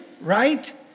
right